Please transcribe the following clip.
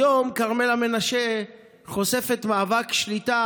היום כרמלה מנשה חושפת מאבק שליטה,